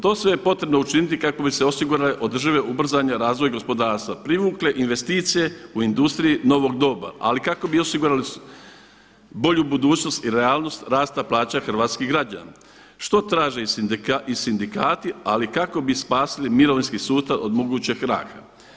To sve je potrebno učiniti kako bi se osigurale održive, ubrzan je razvoj gospodarstva, privukle investicije u industriji novog doba ali i kako bi osigurali bolju budućnost i realnost rasta plaća hrvatskih građana što traže i sindikati ali kako bi spasili mirovinski sustav od mogućeg kraha.